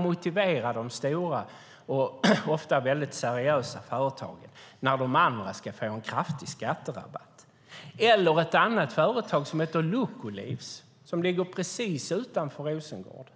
motivera de stora och ofta väldigt seriösa företagen när de andra ska få en kraftig skatterabatt? Det finns ett annat företag som heter Luco Food och som ligger precis utanför Rosengård.